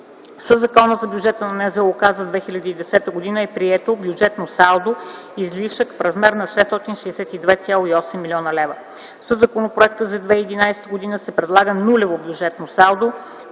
Със Закона за бюджета на НЗОК за 2010 г. е прието бюджетно салдо излишък в размер на 662,8 млн. лв. Със законопроекта за 2011 г., се предлага нулево бюджетно салдо,